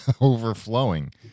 Overflowing